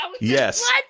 Yes